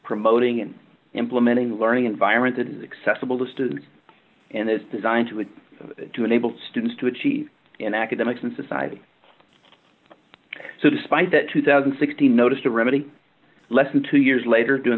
promoting and implementing the learning environment that accessible to students and is designed to it to enable students to achieve in academics and society so despite that two thousand and sixteen notice to remedy less than two years later doing